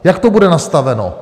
Jak to bude nastaveno?